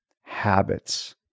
habits